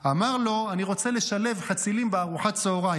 אמר לו: אני רוצה לשלב חצילים בארוחת צוהריים,